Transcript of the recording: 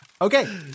Okay